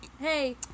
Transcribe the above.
Hey